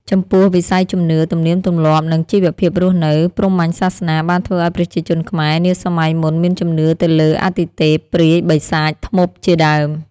ចំពោះវិស័យជំនឿ ទំនៀមទម្លាប់ និង ជីវភាពរស់នៅ ព្រហ្មញ្ញសាសនាបានធ្វើឱ្យប្រជាជនខ្មែរ នាសម័យមុនមានជំនឿទៅលើអាទិទេព ព្រាយ បិសាច ធ្មប់ជាដើម។